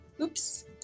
Oops